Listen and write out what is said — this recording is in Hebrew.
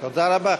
תודה רבה.